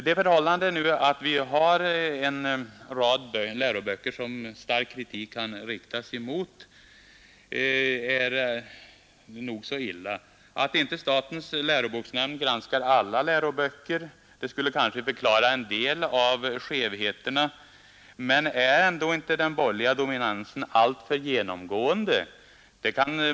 Det förhållandet, att vi har en rad läroböcker som stark kritik kan riktas emot, är nog så betänkligt. Att statens läroboksnämnd inte granskar alla läroböcker skulle kanske kunna förklara en del av skevheterna, men är ändå inte den borgerliga dominansen ulltför genomgående?